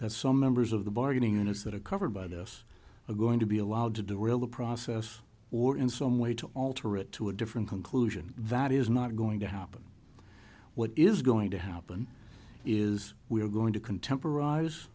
that some members of the bargaining units that are covered by this are going to be allowed to derail the process or in some way to alter it to a different conclusion that is not going to happen what is going to happen is we are going to contempor